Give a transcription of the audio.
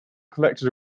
collected